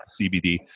CBD